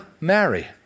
marry